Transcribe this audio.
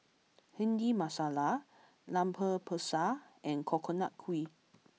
Bhindi Masala Lemper Pisang and Coconut Kuih